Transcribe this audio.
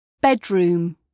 bedroom